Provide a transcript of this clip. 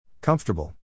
Comfortable